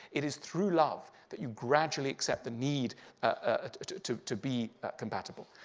it is through love that you gradually accept the need ah to to be compatible.